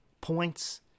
points